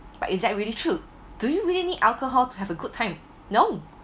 but is that really true do you really need alcohol to have a good time no